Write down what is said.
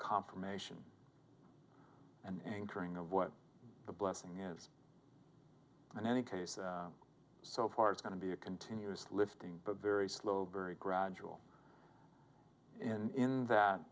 confirmation and anchoring of what the blessing is in any case so far it's going to be a continuous lifting but very slow very gradual in that